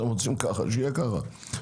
אתם רוצים ככה שיהיה ככה,